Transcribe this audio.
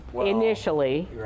Initially